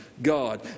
God